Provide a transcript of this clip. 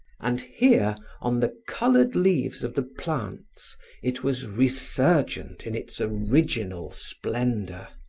and here on the colored leaves of the plants it was resurgent in its original splendor.